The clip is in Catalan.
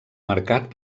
marcat